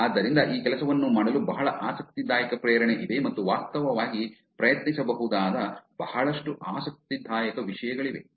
ಆದ್ದರಿಂದ ಈ ಕೆಲಸವನ್ನು ಮಾಡಲು ಬಹಳ ಆಸಕ್ತಿದಾಯಕ ಪ್ರೇರಣೆ ಇದೆ ಮತ್ತು ವಾಸ್ತವವಾಗಿ ಪ್ರಯತ್ನಿಸಬಹುದಾದ ಬಹಳಷ್ಟು ಆಸಕ್ತಿದಾಯಕ ವಿಷಯಗಳಿವೆ